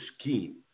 scheme